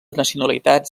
nacionalitats